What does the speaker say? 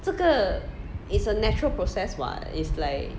这个 is a natural process what is like